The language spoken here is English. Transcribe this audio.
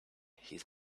his